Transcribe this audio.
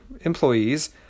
employees